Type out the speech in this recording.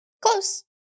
Close